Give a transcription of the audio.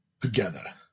together